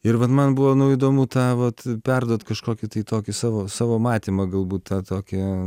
ir vat man buvo nu įdomu tą vat perduot kažkokį tai tokį savo savo matymą galbūt tą tokį